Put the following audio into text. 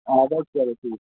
اَدٕ حظ چلو ٹھیک